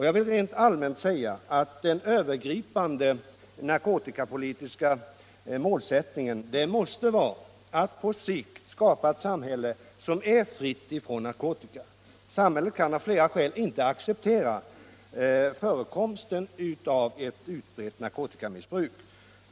Jag vill rent allmänt säga att den övergripande narkotikapolitiska målsättningen måste vara att på sikt skapa ett samhälle som är fritt från narkotika. Samhället kan av flera skäl inte acceptera förekomsten av ett utbrett narkotikamissbruk.